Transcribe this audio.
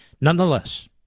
Nonetheless